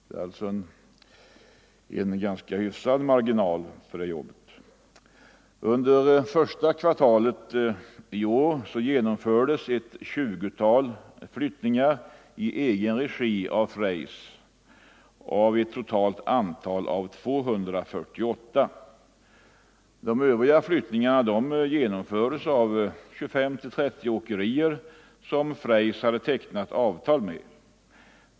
Det är alltså en ganska hyfsad marginal för det arbetet. Under första kvartalet i år genomförde Freys i egen regi ett tjugotal flyttningar av ett totalt antal av 248. De övriga flyttningarna genomfördes av 25-30 åkerier, som Freys tecknat avtal med.